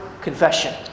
confession